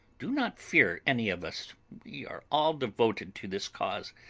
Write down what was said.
do not fear any of us, we are all devoted to this cause,